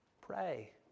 Pray